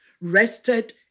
rested